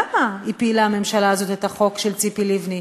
למה הפילה הממשלה הזאת את החוק של ציפי לבני,